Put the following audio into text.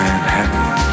Manhattan